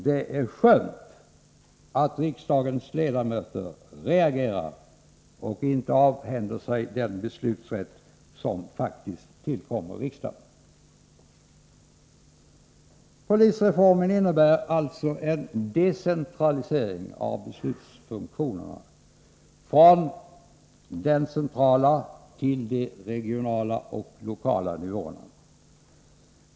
Det är skönt att riksdågens-1edamöter reagerar och att de inte avhänder sig beslutanderätten söm faktiskt tillkommer riksdagen: Polisreformen innebär alltså en decentralisering av beslutsfunktionerna från den centrala nivån till de'regionala och lokala nivåerna.